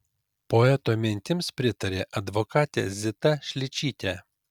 poeto mintims pritarė advokatė zita šličytė